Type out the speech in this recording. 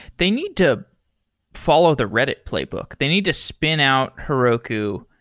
they need to follow the reddit playbook. they need to spin out heroku,